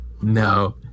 No